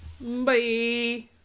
Bye